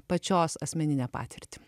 pačios asmeninę patirtį